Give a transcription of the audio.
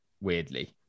weirdly